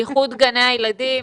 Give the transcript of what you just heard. איחוד גני הילדים.